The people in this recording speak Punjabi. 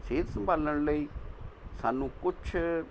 ਸਿਹਤ ਸੰਭਾਲਣ ਲਈ ਸਾਨੂੰ ਕੁਛ